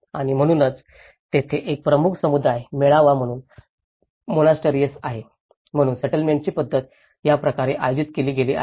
आणि म्हणूनच तेथे एक प्रमुख समुदाय मेळावा म्हणून मोनास्टरीएस आहे म्हणून सेटलमेंटची पद्धत या प्रकारे आयोजित केली गेली आहे